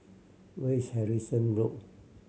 where is Harrison Road